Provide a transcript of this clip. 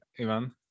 Ivan